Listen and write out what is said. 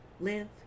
Live